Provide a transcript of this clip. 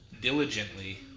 diligently